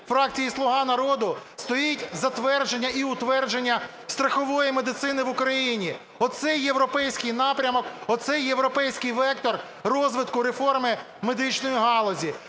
фракції "Слуга народу" стоїть затвердження і утвердження страхової медицини в Україні. Оце є європейський напрямок, оце є європейський вектор розвитку реформи медичної галузі.